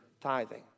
tithing